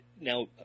now